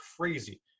crazy